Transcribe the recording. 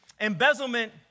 embezzlement